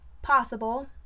Possible